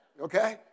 Okay